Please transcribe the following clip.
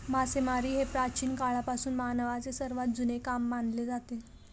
मासेमारी हे प्राचीन काळापासून मानवाचे सर्वात जुने काम मानले जाते